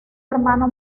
hermano